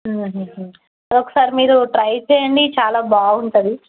ఒకసారి మీరు ట్రై చేయండి చాలా బాగుంటుంది